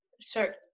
Sir